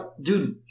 Dude